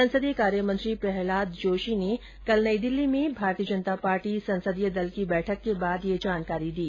संसदीय कार्यमंत्री प्रहलाद जोशी ने कल नई दिल्ली में भारतीय जनता पार्टी संसदीय दल की बैठक के बाद यह जानकारी दी